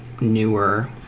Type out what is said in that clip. newer